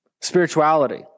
spirituality